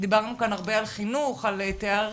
דיברנו כאן הרבה על חינוך, על תארים.